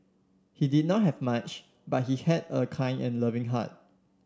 he did not have much but he had a kind and loving heart